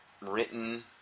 written